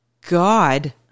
God